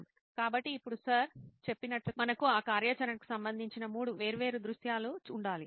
కాబట్టి ఇప్పుడు సర్ చెప్పినట్లుగా మనకు ఆ కార్యాచరణకు సంబంధించిన మూడు వేర్వేరు దృశ్యాలు ఉండాలి